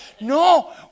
No